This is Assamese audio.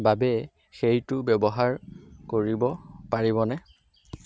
বাবে সেইটো ব্যৱহাৰ কৰিব পাৰিবনে